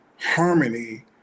harmony